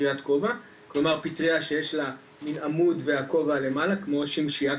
כלומר פטריה שיש לה עמוד והכובע למעלה כמו שמשיה קטנה.